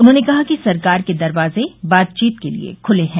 उन्होंने कहा कि सरकार के दरवाजे बातचीत के लिए खुले हैं